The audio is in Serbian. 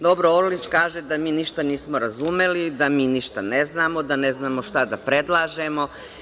Dobro Orlić kaže da mi ništa nismo razumeli, da mi ništa ne znamo, da ne znamo šta da predlažemo.